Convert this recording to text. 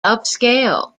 upscale